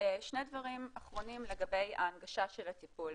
שני דברים אחרונים לגבי ההנגשה של הטיפול,